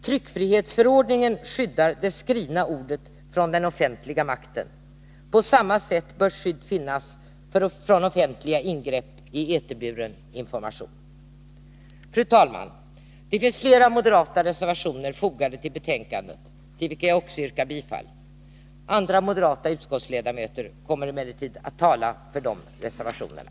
Tryckfrihetsförordningen skyddar det skrivna ordet från den offentliga makten. På samma sätt bör skydd finnas mot offentliga ingrepp i eterburen information. Fru talman! Det finns fler moderata reservationer fogade till betänkandet, till vilka jag också yrkar bifall. Andra moderata utskottsledamöter kommer emellertid att tala för de reservationerna.